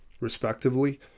respectively